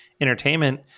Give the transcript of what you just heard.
entertainment